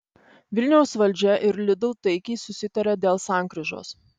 vilniaus valdžia ir lidl taikiai susitarė dėl sankryžos